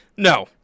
No